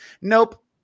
Nope